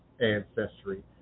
ancestry